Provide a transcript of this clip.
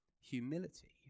Humility